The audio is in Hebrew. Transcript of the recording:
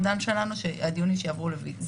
מכיוון שיש כאן ויכוח על עתירות אסירים,